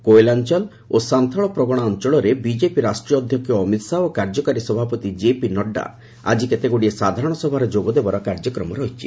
କୋଏଲାଞ୍ଚଲ ଓ ସାନ୍ଥାଳ ପ୍ରଗଣା ଅଞ୍ଚଳରେ ବିଜେପି ରାଷ୍ଟ୍ରୀୟ ଅଧ୍ୟକ୍ଷ ଅମିତ ଶାହା ଓ କାର୍ଯ୍ୟକାରୀ ସଭାପତି କେପି ନେଡ୍ରା ଆଜି କେତେଗୁଡ଼ିଏ ସାଧାରଣ ସଭାରେ ଯୋଗଦେବାର କାର୍ଯ୍ୟକ୍ରମ ରହିଛି